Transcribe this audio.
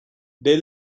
they